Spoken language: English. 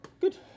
Good